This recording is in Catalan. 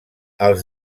els